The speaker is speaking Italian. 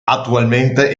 attualmente